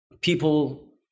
people